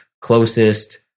closest